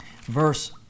verse